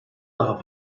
daha